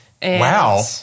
Wow